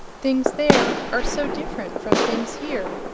things there are so different from things here!